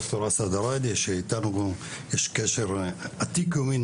ד"ר אסעד עראידה שאיתנו יש קשר עתיק יומין,